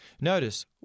Notice